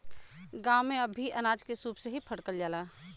गांव में अब भी अनाज के सूप से ही फटकल जाला